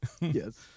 Yes